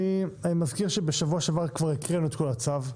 אני מזכיר שבשבוע שעבר כבר הקראנו את כל הצו.